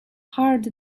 heart